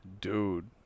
Dude